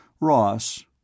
Ross